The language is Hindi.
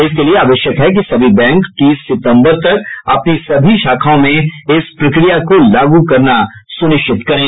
इसके लिए आवश्यक है कि सभी बैंक तीस सितंबर तक अपनी सभी शाखाओं में इस प्रक्रिया को लागू करना सुनिश्चित करें